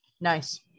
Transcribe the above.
Nice